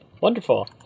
Wonderful